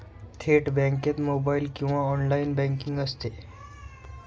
थेट बँकेत मोबाइल किंवा ऑनलाइन बँकिंग असते